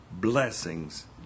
blessings